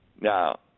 Now